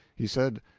he said,